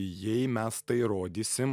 jei mes tai įrodysim